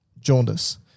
jaundice